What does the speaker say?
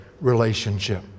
relationship